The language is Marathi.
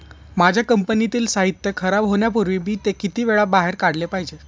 माझ्या कंपनीतील साहित्य खराब होण्यापूर्वी मी ते किती वेळा बाहेर काढले पाहिजे?